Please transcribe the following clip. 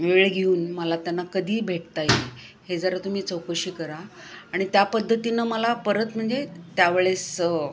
वेळ घेऊन मला त्यांना कधी भेटता येईल हे जरा तुम्ही चौकशी करा आणि त्या पद्धतीनं मला परत म्हणजे त्यावेळेस